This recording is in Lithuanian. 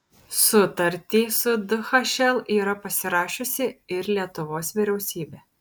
sutartį su dhl yra pasirašiusi ir lietuvos vyriausybė